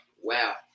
wow